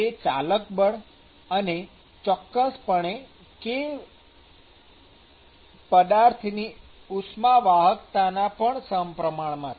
તે ચાલક બળ અને ચોકકસપણે k પદાર્થની ઉષ્મા વાહકતાના પણ સમપ્રમાણમાં છે